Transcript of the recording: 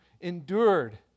endured